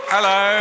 Hello